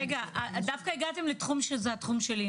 דווקא הגעתם לתחום שהוא התחום שלי.